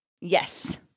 Yes